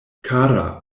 kara